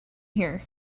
here